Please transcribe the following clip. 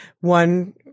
one